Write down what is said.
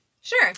Sure